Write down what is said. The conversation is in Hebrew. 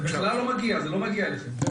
זה בכלל לא מגיע, זה לא מגיע אליכם.